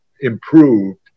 improved